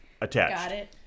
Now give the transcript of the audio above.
attached